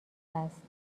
است